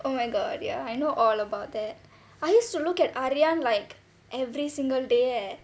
oh my god ya I know all about that I used to look at aryan like every single day eh